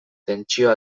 tentsio